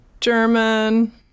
German